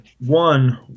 One